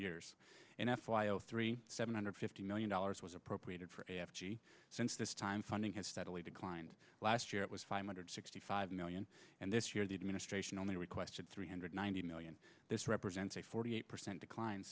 years in f y o three seven hundred fifty million dollars was appropriated for a f g since this time funding has steadily declined last year it was five hundred sixty five million and this year the administration only requested three hundred ninety million this represents a forty eight percent decline